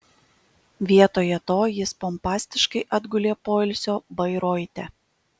vietoje to jis pompastiškai atgulė poilsio bairoite